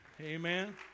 Amen